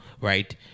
right